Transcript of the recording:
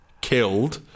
killed